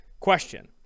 Question